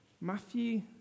Matthew